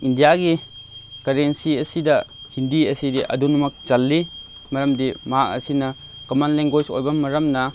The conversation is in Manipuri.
ꯏꯟꯗꯤꯌꯥꯒꯤ ꯀꯔꯦꯟꯁꯤ ꯑꯁꯤꯗ ꯍꯤꯟꯗꯤ ꯑꯁꯤꯗꯤ ꯑꯗꯨꯅꯃꯛ ꯆꯜꯂꯤ ꯃꯔꯝꯗꯤ ꯃꯍꯥꯛ ꯑꯁꯤꯅ ꯀꯃꯟ ꯂꯦꯡꯒ꯭ꯋꯦꯁ ꯑꯣꯏꯕ ꯃꯔꯝꯅ